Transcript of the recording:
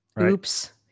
Oops